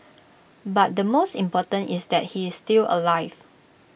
but the most important is that he is still alive